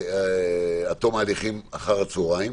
עד תום ההליכים אחר הצוהריים,